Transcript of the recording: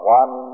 one